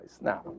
Now